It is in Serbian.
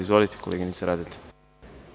Izvolite, koleginice Radeta.